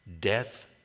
death